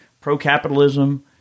pro-capitalism